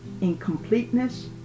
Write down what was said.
incompleteness